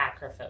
acrophobia